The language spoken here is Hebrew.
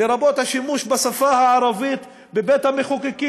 לרבות השימוש בשפה הערבית בבית-המחוקקים,